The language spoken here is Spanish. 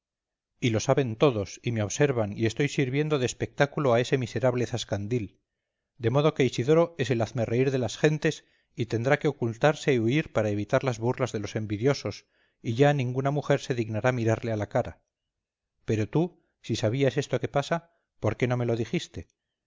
y lo saben todos y me observan y estoy sirviendo de espectáculo a ese miserable zascandil de modo que isidoro es el hazme reír de las gentes y tendrá que ocultarse y huir para evitar las burlas de los envidiosos y ya ninguna mujer se dignará mirarle a la cara pero tú si sabías esto que pasa por qué no me lo dijiste